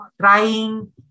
trying